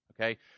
okay